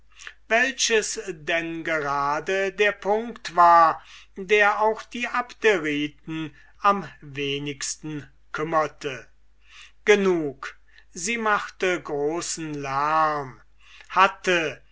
welches dann gerade der punkt war der auch die abderiten am wenigsten kümmerte genug sie machte großen lerm hatte